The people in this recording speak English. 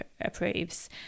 approves